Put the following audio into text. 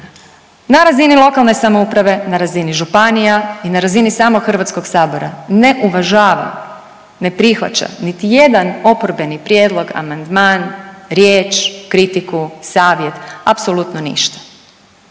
na razini lokalne samouprave, na razini županija i na razini samo HS-a ne uvažava, ne prihvaća niti jedan oporbeni prijedlog, amandman, riječ, kritiku, savjet, apsolutno ništa.